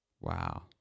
Wow